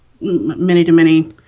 many-to-many